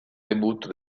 debutto